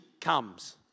comes